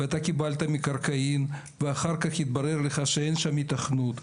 ואתה קיבלת מקרקעין ואחר כך התברר לך שאין שם היתכנות,